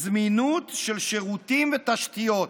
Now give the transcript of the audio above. "זמינות של שירותים ותשתיות".